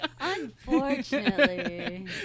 unfortunately